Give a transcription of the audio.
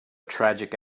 tragic